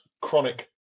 chronic